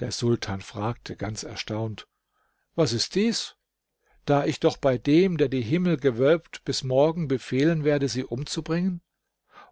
der sultan fragte ganz erstaunt was ist dies da ich doch bei dem der die himmel gewölbt bis morgen befehlen werde sie umzubringen